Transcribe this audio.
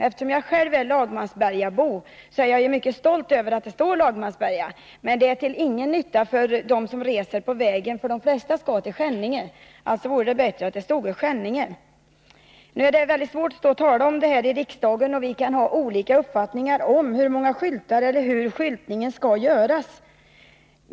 Eftersom jag själv är lagmansbergabo är jag mycket stolt över att det står Lagmansberga på skylten, men det är till ingen nytta för dem som åker på vägen, för de flesta skall till Skänninge. Det vore alltså bättre att det stod Skänninge på skylten. Det är svårt att stå och prata om detta här i kammaren, och man kan ha olika uppfattningar om antalet skyltar och hur skyltningen skall göras.